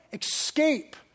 escape